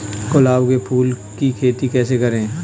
गुलाब के फूल की खेती कैसे करें?